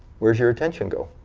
where does your attention go?